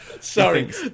Sorry